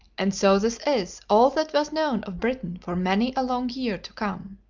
and so this is all that was known of britain for many a long year to come.